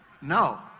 No